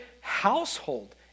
household